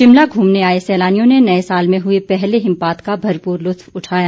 शिमला घूमने आए सैलानियों ने नए साल में हुए पहले हिमपात का भरपूर लुत्फ उठाया